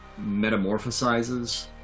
metamorphosizes